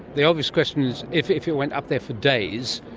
the obvious question is if if you went up there for days,